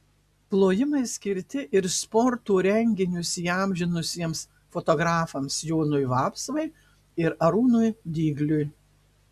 plojimai skirti ir sporto renginius įamžinusiems fotografams jonui vapsvai ir arūnui dygliui